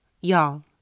Y'all